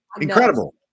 Incredible